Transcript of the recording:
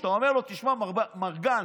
אתה אומר לו: תשמע, מר גנץ,